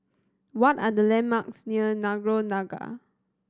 what are the landmarks near Nagore Dargah